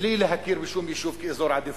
מבלי להכיר בשום יישוב כאזור עדיפות,